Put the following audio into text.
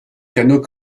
canot